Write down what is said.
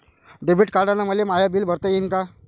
Debit कार्डानं मले my bill भरता येईन का?